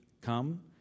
come